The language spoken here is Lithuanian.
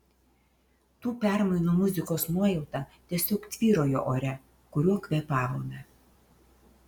tų permainų muzikos nuojauta tiesiog tvyrojo ore kuriuo kvėpavome